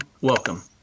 welcome